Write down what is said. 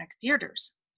theaters